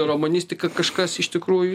romanistiką kažkas iš tikrųjų